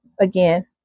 again